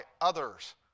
others